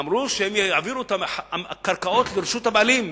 אמרו שהם יעבירו את הקרקעות לרשות הבעלים,